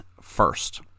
first